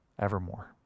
evermore